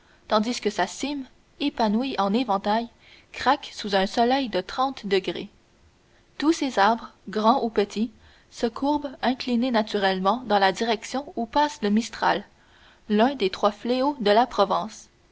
tandis que sa cime épanouie en éventail craque sous un soleil de trente degrés tous ces arbres grands ou petits se courbent inclinés naturellement dans la direction où passe le mistral l'un des trois fléaux de la provence